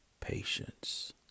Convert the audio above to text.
Patience